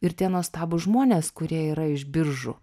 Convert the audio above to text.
ir tie nuostabūs žmonės kurie yra iš biržų